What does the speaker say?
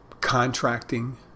contracting